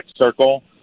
circle